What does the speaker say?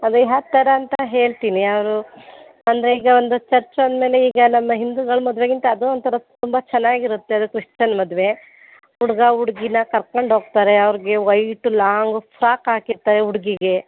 ಅದು ಯಾವ ಥರ ಅಂತ ಹೇಳ್ತೀನಿ ಅವರು ಅಂದರೆ ಈಗ ಒಂದು ಚರ್ಚು ಅಂದಮೇಲೆ ಈಗ ನಮ್ಮ ಹಿಂದುಗಳ ಮದುವೆಗಿಂತ ಅದು ಒಂಥರ ತುಂಬ ಚೆನ್ನಾಗಿರುತ್ತೆ ಅದು ಕ್ರಿಶ್ಚನ್ ಮದುವೆ ಹುಡ್ಗ ಹುಡ್ಗಿನ ಕರ್ಕೊಂಡ್ಹೋಗ್ತಾರೆ ಅವ್ರಿಗೆ ವೈಟ್ ಲಾಂಗ್ ಫ್ರಾಕ್ ಹಾಕಿರ್ತಾರೆ ಹುಡ್ಗಿಗೆ